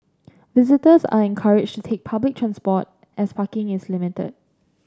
visitors are encouraged to take public transport as parking is limited